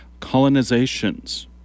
colonizations